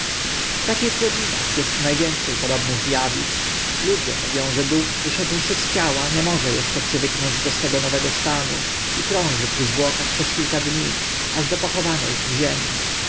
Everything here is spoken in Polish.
w takich godzinach est na więce podobnych z awisk ludzie mówią że duch wyszedłszy z ciała nie może eszcze przywyknąć do swego nowego stanu i krąży przy zwłokach przez kilka dni aż do pochowania ich w ziemi